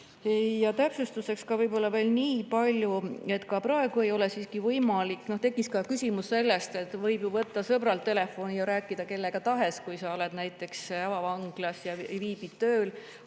Täpsustuseks võib-olla veel niipalju, et ka praegu ei ole siiski võimalik … Tekkis küsimus selle kohta, et võib ju võtta sõbralt telefoni ja rääkida kellega tahes, kui sa oled avavanglas ja viibid tööl.